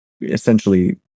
essentially